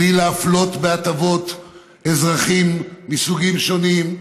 בלי להפלות בהטבות אזרחים מסוגים שונים.